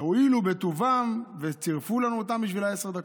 והואילו בטובם וצירפו לנו אותן בשביל עשר הדקות.